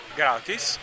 gratis